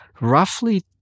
roughly